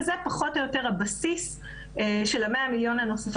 וזה פחות או יותר הבסיס של ה-100 מיליון הנוספים.